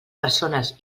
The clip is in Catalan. persones